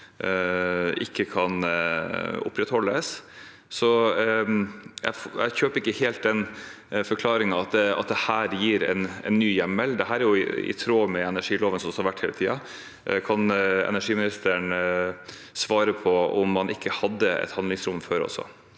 ikke kan opprettholdes. Så jeg kjøper ikke helt forklaringen at dette gir en ny hjemmel. Det er i tråd med energiloven slik den har vært hele tiden. Kan energiministeren svare på om man ikke hadde et handlingsrom før også?